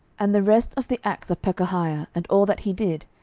and the rest of the acts of pekahiah, and all that he did,